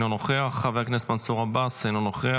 אינו נוכח, חבר הכנסת מנסור עבאס, אינו נוכח.